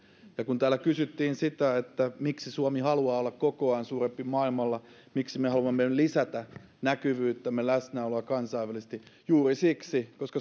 kun täällä kysyttiin sitä miksi suomi haluaa olla kokoaan suurempi maailmalla miksi me haluamme lisätä näkyvyyttämme läsnäoloa kansainvälisesti niin juuri siksi että